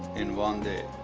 in one day.